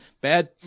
Bad